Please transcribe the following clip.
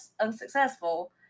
unsuccessful